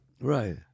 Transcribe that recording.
Right